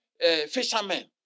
fishermen